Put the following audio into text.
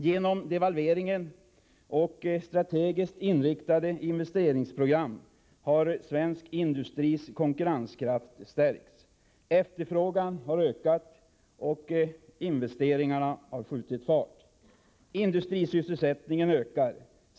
Genom devalveringen och strategiskt inriktade investeringsprogram har svensk industris konkurrenskraft stärkts, efterfrågan har ökat och investeringarna har skjutit fart. Industrisysselsättningen ökar.